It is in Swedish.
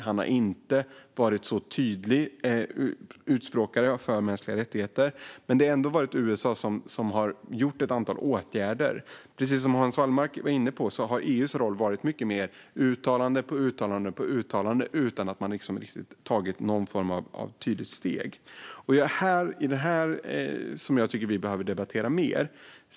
Han har inte varit en särskilt tydlig förespråkare för mänskliga rättigheter. Men det har ändå varit USA som har vidtagit ett antal åtgärder. Precis som Hans Wallmark var inne på har EU:s roll varit inneburit mer av uttalande på uttalande, utan att man har tagit någon form av tydligt steg. Det är det jag tycker att vi behöver debattera mer.